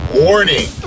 Warning